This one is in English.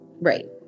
Right